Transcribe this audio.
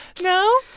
No